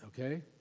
okay